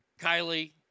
Kylie